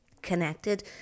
connected